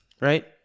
Right